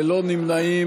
ללא נמנעים,